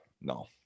No